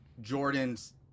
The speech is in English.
Jordan's